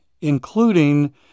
including